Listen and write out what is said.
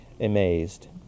amazed